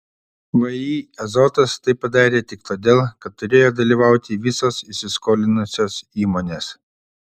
vį azotas tai padarė tik todėl kad turėjo dalyvauti visos įsiskolinusios įmonės